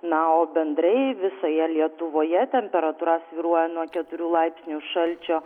na o bendrai visoje lietuvoje temperatūra svyruoja nuo keturių laipsnių šalčio